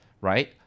right